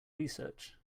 research